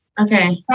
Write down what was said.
Okay